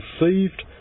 received